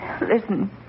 Listen